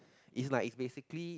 is like is basically